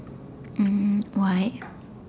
um why